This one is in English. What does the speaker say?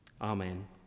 Amen